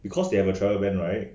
because they have a travel ban right